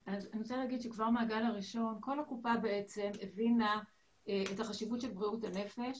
כבר מהגל הראשון כל הקופה הבינה את החשיבות של בריאות הנפש